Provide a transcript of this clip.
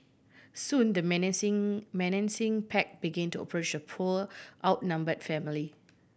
soon the menacing menacing pack begin to approach poor outnumbered family